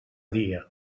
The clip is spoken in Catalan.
dia